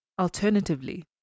Alternatively